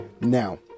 now